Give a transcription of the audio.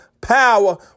power